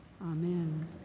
Amen